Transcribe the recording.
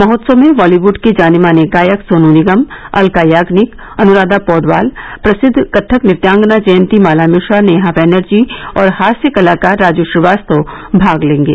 महोत्सव में बॉलीवुड के जाने माने गायक सोन् निगम अल्का याग्निक अनुराधा पौडवाल प्रसिद्ध कथक नृत्यांगना जयंती माला मिश्रा नेहा बैनर्जी और हास्य कलाकार राज श्रीवास्तव भाग लेंगे